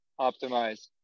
optimize